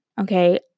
okay